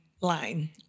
line